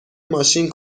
ماشین